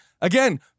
again